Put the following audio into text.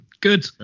Good